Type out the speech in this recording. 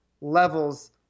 levels